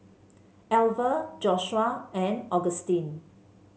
Alver Joshua and Augustine